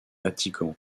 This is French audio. vatican